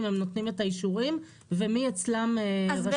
הם נותנים את האישורים ומי אצלם רשאי לתת אישור.